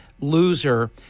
loser